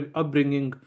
upbringing